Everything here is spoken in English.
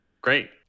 great